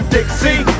Dixie